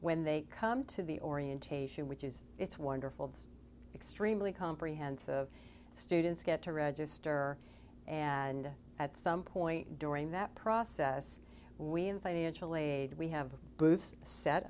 when they come to the orientation which is it's wonderful it's extremely comprehensive students get to register and at some point during that process we in financial aid we have booths set